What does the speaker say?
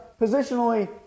positionally